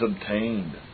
obtained